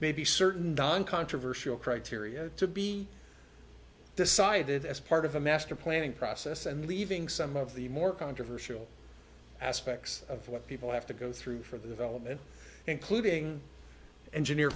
maybe certain don controversial criteria to be decided as part of a master planning process and leaving some of the more controversial aspects of what people have to go through for the development including engineer